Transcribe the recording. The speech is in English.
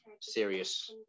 serious